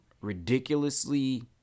ridiculously